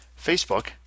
Facebook